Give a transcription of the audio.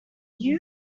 you